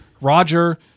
Roger